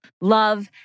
love